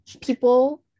people